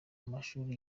amashuri